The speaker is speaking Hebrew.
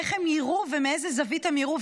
איך הם יירו ומאיזו זווית הם יירו,